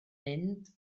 mynd